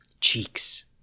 Cheeks